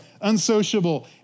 unsociable